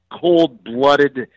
cold-blooded